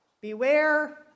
Beware